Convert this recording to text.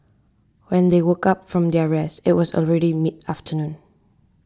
when they woke up from their rest it was already mid afternoon